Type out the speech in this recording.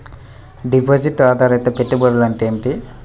Deposit ఆధారిత పెట్టుబడులు అంటే ఏమిటి?